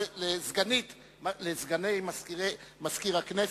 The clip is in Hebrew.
לסגני מזכיר הכנסת,